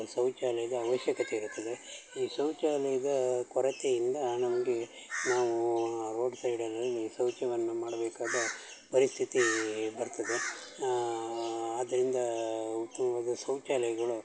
ಶೌಚಾಲಯದ ಆವಶ್ಯಕತೆ ಇರುತ್ತದೆ ಈ ಶೌಚಾಲಯದ ಕೊರತೆಯಿಂದ ನಮಗೆ ನಾವು ಆ ರೋಡ್ ಸೈಡಿನಲ್ಲಿ ಶೌಚವನ್ನು ಮಾಡಬೇಕಾದ ಪರಿಸ್ಥಿತಿ ಬರ್ತದೆ ಆದ್ದರಿಂದ ಉತ್ತಮವಾದ ಶೌಚಾಲಯಗಳು